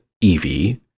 Evie